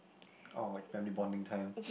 orh like family bonding time